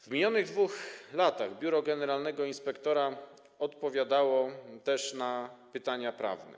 W minionych 2 latach biuro generalnego inspektora odpowiadało też na pytania prawne.